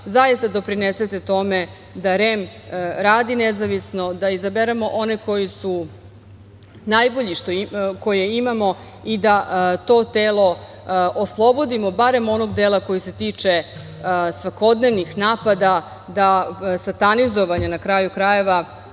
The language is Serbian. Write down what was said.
zaista doprinesete tome da REM radi nezavisno, da izaberemo one koji su najbolji, da to telo oslobodimo barem onog dela koji se tiče svakodnevnih napada, satanizovanja, na kraju krajeva.